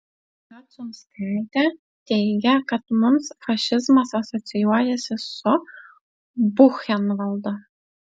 jociunskaitė teigė kad mums fašizmas asocijuojasi su buchenvaldu